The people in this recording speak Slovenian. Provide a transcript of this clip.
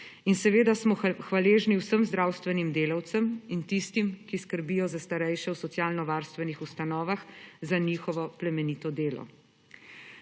Seveda smo hvaležni vsem zdravstvenim delavcem in tistim, ki skrbijo za starejše v socialnovarstvenih ustanovah za njihovo plemenito delo.